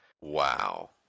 Wow